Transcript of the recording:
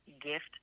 gift